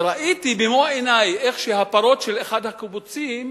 וראיתי במו עיני איך הפרות של אחד הקיבוצים